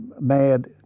mad